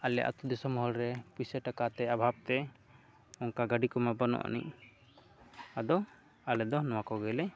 ᱟᱞᱮ ᱟᱛᱳ ᱫᱤᱥᱚᱢ ᱦᱚᱲ ᱨᱮ ᱯᱩᱭᱥᱟᱹ ᱴᱟᱠᱟᱛᱮ ᱚᱵᱷᱟᱵᱽ ᱛᱮ ᱚᱱᱠᱟ ᱜᱟᱹᱰᱤ ᱠᱚᱢᱟ ᱵᱟᱹᱱᱩᱜ ᱟᱹᱱᱤᱡ ᱟᱫᱚ ᱟᱞᱮ ᱫᱚ ᱱᱚᱣᱟ ᱠᱚᱜᱮ ᱞᱮ